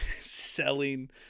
selling